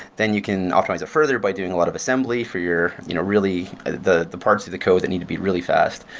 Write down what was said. then you can optimize it further by doing a lot of assembly for your you know really ah the the parts of the code that need to be really fast.